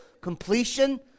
completion